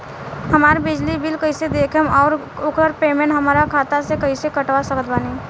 हमार बिजली बिल कईसे देखेमऔर आउर ओकर पेमेंट हमरा खाता से कईसे कटवा सकत बानी?